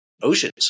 oceans